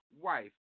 wife